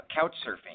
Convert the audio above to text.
couch-surfing